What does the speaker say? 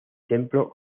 templo